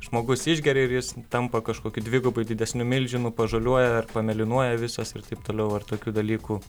žmogus išgeria ir jis tampa kažkokiu dvigubai didesniu milžinu pažaliuoja ar pamėlynuoja visas ir taip toliau ar tokių dalykų